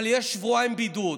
אבל יש שבועיים בידוד.